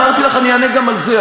אמרתי לך, אני אענה גם על זה.